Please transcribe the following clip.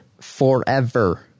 forever